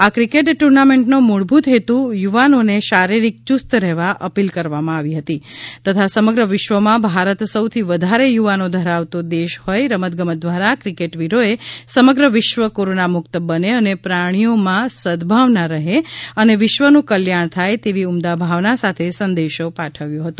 આ cricket tournament નો મૂળભૂત હેતુ યુવાનો ને શારીરિક યુસ્ત રહેવા અપીલ કરવા મા આવી હતી તથા સમગ્ર વિશ્વ મા ભારત સૌથી વધારે યુવાનો ધરાવતો નો દેશ હોથ રમતગમત દ્વારા ક્રિકેટવીરો એ સમગ્ર વિશ્વ કોરોના મુક્ત બને અને પ્રાણીઓ મા સદભાવના રહે અને વિશ્વ નુ કલ્યાણ થાય તેવી ઉમદા ભાવના સાથે સંદેશો પાઠવ્યો હતો